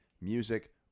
Music